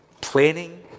planning